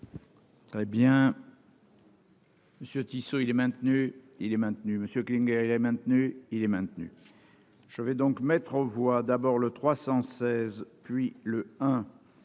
Très bien. Monsieur Tissot il est maintenu, il est maintenu, monsieur Clean Gaëlle est maintenu, il est maintenu, je vais donc mettre aux voix, d'abord, le 316 puis le